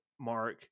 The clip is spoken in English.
Mark